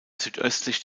südöstlich